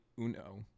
uno